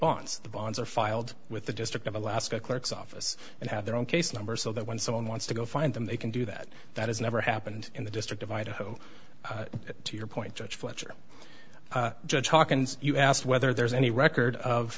the bonds are filed with the district of alaska clerk's office and have their own case number so that when someone wants to go find them they can do that that has never happened in the district of idaho to your point judge fletcher judge hawkins you asked whether there's any record of